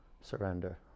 surrender